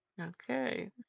Okay